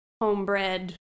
homebred